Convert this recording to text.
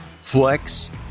flex